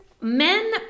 men